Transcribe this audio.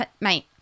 mate